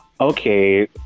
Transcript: Okay